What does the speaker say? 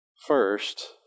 first